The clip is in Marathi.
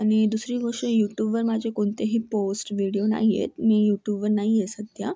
आणि दुसरी गोष्ट यूटूबवर माझे कोणतेही पोस्ट व्हिडिओ नाही आहेत मी यूट्यूबवर नाही आहे सध्या